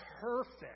perfect